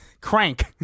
Crank